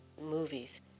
movies